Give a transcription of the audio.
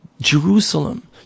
Jerusalem